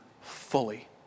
fully